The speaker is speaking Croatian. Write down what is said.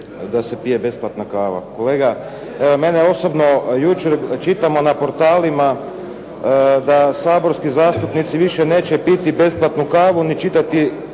da se pije besplatna kava. Kolega, evo mene osobno jučer čitamo na portalima da saborski zastupnici više neće piti besplatnu kavu ni čitati